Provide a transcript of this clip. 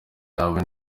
yawe